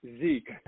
Zeke